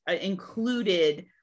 included